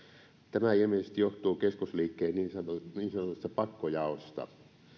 tämä ilmeisesti johtuu keskusliikkeen niin sanotusta pakkojaosta